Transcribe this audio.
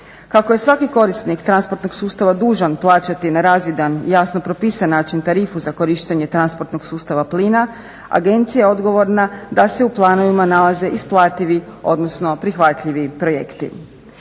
Kako je svaki korisnik transportnog sustava dužan plaćati na razvidan, jasno propisan način tarifu za korištenje transportnog sustava plina Agencija je odgovorna da se u planovima nalaze isplativi, odnosno prihvatljivi projekti.